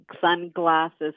sunglasses